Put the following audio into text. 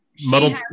muddled